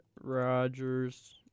Rodgers